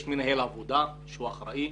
יש מנהל עבודה שהוא אחראי,